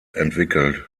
entwickelt